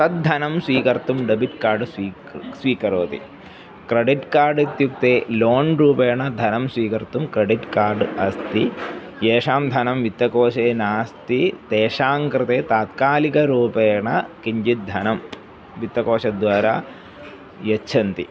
तद्धनं स्वीकर्तुं debit card स्वी स्वीकरोति क्रेडिट् कार्ड् इत्युक्ते लोण् रूपेण धनं स्वीकर्तुं क्रेडिट् कार्ड् अस्ति येषां धनं वित्तकोषे नास्ति तेषां कृते तात्कालिकरूपेण किञ्चित् धनं वित्तकोषद्वारा यच्छन्ति